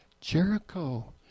Jericho